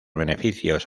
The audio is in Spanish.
beneficios